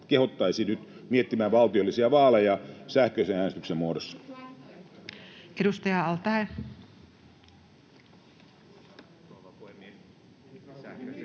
kehottaisi nyt miettimään valtiollisia vaaleja sähköisen äänestyksen muodossa. [Arja